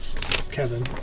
Kevin